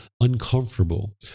uncomfortable